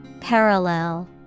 Parallel